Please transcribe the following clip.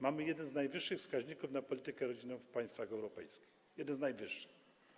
Mamy jeden z najwyższych wskaźników na politykę rodzinną w państwach europejskich, jeden z najwyższych.